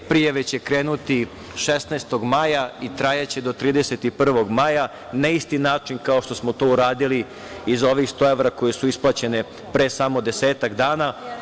Prijave će krenuti 16. maja i trajaće do 31. maja na isti način kao što smo to uradili i za ovih 100 evra koje su isplaćene pre samo desetak dana.